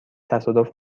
تصادف